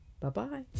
Bye-bye